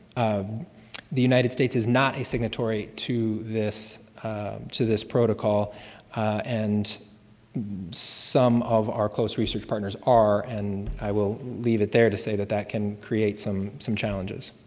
ah the united states is not a signatory to this to this protocol and some of our close research partners are. and i will leave it there to say that that can create some some challenges.